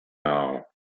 now